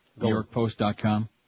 Newyorkpost.com